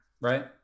right